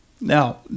Now